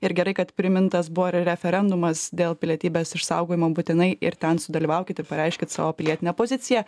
ir gerai kad primintas buvo ir referendumas dėl pilietybės išsaugojimo būtinai ir ten sudalyvaukit ir pareiškit savo pilietinę poziciją